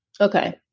Okay